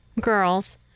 girls